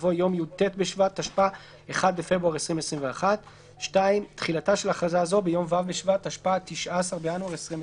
יבוא "יום י"ט בשבט התשפ"א (1 בפברואר 2021)". תחילה 2. תחילתה של הכרזה זו ביום ו' בשבט התשפ"א (19 בינואר 2021)."